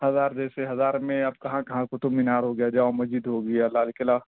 ہزار جیسے ہزار میں آپ کہاں کہاں قطب مینار ہو گیا جامع مسجد ہو گئی اور لال قلعہ